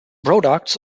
products